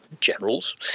generals